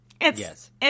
Yes